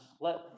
Let